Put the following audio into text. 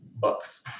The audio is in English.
bucks